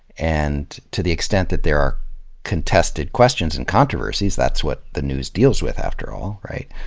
and to the extent that there are contested questions and controversies, that's what the news deals with after all, right,